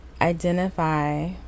identify